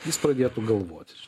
jis pradėtų galvoti